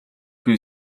буй